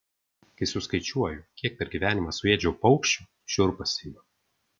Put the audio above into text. kai suskaičiuoju kiek per gyvenimą suėdžiau paukščių šiurpas ima